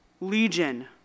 Legion